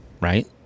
right